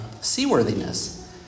seaworthiness